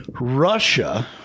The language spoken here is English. Russia